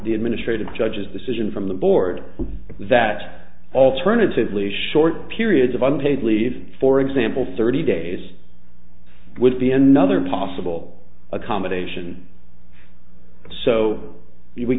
the administrative judge's decision from the board that alternatively short periods of on paid leave for example thirty days would be another possible accommodation so